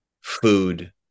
Food